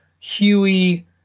huey